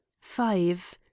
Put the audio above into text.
five